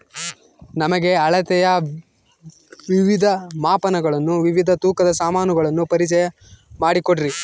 ನಮಗೆ ಅಳತೆಯ ವಿವಿಧ ಮಾಪನಗಳನ್ನು ವಿವಿಧ ತೂಕದ ಸಾಮಾನುಗಳನ್ನು ಪರಿಚಯ ಮಾಡಿಕೊಡ್ರಿ?